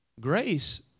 Grace